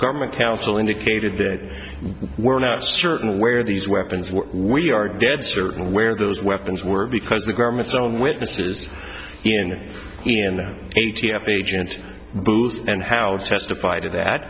government counsel indicated that we're not certain where these weapons were we are dead certain where those weapons were because the government's own witnesses in in the a t f agents booth and house testified to that